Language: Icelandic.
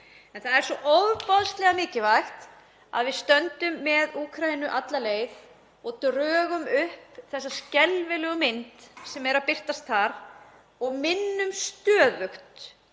En það er svo ofboðslega mikilvægt að við stöndum með Úkraínu alla leið og drögum upp þessa skelfilegu mynd sem birtist þar og minnum stöðugt